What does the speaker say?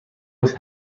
was